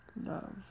love